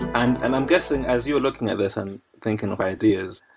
and and i'm guessing, as you're looking at this, i'm thinking of ideas,